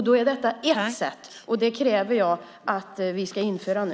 Då är detta ett sätt, och det kräver jag att vi ska införa nu.